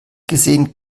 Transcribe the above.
gesehen